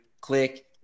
click